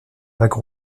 vague